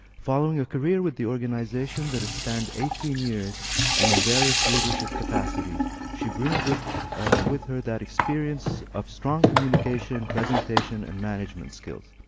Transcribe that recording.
following a career with the organization that has spent eighteen years and in various leadership capacities, she brings with with her that experience of strong communication, presentation and management skills.